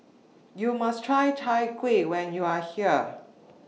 YOU must Try Chai Kuih when YOU Are here